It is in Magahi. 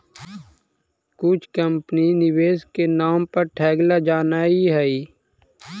कुछ कंपनी निवेश के नाम पर ठगेला जानऽ हइ